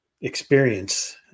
experience